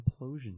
implosion